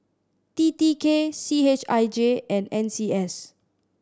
T T K C H I J and N C S